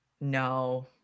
No